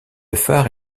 phare